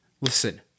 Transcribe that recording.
Listen